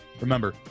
Remember